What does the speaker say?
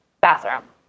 bathroom